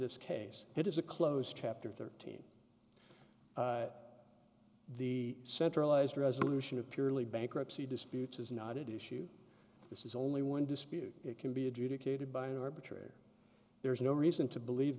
this case it is a closed chapter thirteen the centralized resolution of purely bankruptcy disputes is not it issue this is only one dispute it can be adjudicated by an arbitrary there is no reason to believe